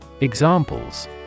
Examples